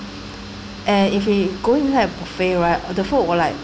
and if he going have buffet right the food were like